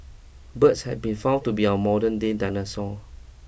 birds have been found to be our modernday dinosaur